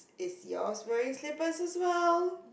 is yours wearing slippers as well